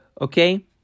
Okay